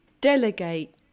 delegate